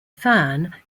fan